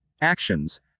Actions